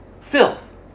Filth